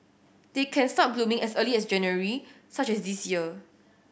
they can start blooming as early as January such as this year